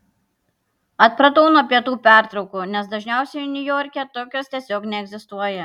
atpratau nuo pietų pertraukų nes dažniausiai niujorke tokios tiesiog neegzistuoja